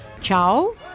ciao